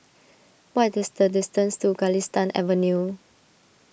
what is the distance to Galistan Avenue